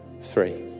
three